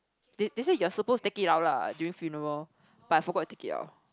they they say you're supposed to take it out lah during funeral but I forgot to take it out